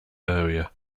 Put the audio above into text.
area